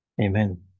Amen